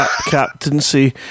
captaincy